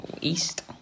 east